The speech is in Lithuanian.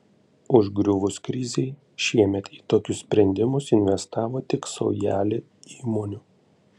užgriuvus krizei šiemet į tokius sprendimus investavo tik saujelė įmonių